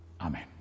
Amen